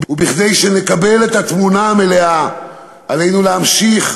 כדי שנקבל את התמונה המלאה עלינו להמשיך